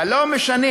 אבל לא משנים,